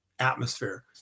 atmosphere